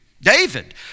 David